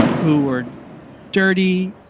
who were dirty,